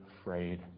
afraid